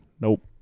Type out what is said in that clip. nope